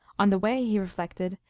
on the way he reflected,